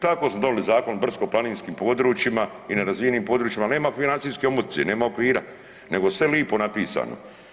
Tako smo donijeli Zakon o brdsko-planinskim područjima i nerazvijenim područjima, nema financijske omotnice, nema okvira, nego sve lijepo napisano.